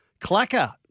Clacker